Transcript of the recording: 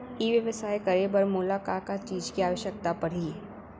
ई व्यवसाय करे बर मोला का का चीज के आवश्यकता परही?